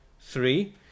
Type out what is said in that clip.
three